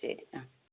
ശരി ആ